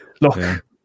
look